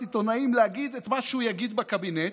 עיתונאים להגיד את מה שהוא יגיד בקבינט,